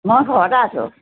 মই ঘৰতে আছোঁ